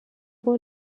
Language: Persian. قول